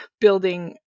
building